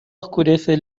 oscurece